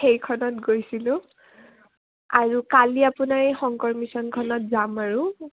সেইখনত গৈছিলোঁ আৰু কালি আপোনাৰ এই শংকৰ মিশনখনত যাম আৰু